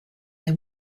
they